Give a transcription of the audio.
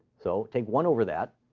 so take one over that.